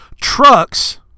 Trucks